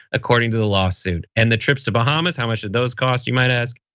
according to the lawsuit. and the trips to bahamas how much did those cost you might ask?